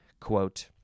quote